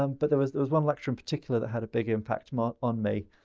um but there was there was one lecture in particular that had a big impact ah on me.